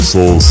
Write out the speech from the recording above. Soul